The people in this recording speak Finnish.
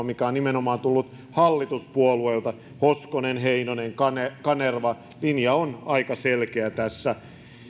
mikä on nimenomaan tullut hallituspuolueilta hoskonen heinonen kanerva kanerva linja on aika selkeä tässä